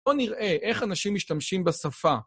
בוא נראה איך אנשים משתמשים בשפה.